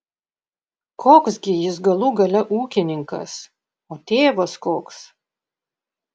koks gi jis galų gale ūkininkas o tėvas koks